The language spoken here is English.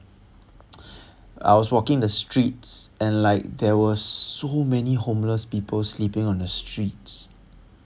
I was walking the streets and like they was so many homeless people sleeping on the streets